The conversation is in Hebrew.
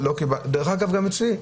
גם אצלי.